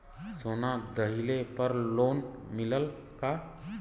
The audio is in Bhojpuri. सोना दहिले पर लोन मिलल का?